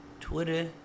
Twitter